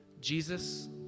Jesus